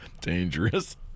Dangerous